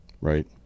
right